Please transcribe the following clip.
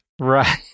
Right